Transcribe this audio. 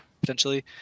potentially